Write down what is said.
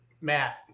Matt